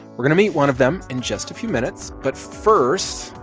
we're going to meet one of them in just a few minutes. but first,